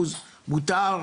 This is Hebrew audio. מותר,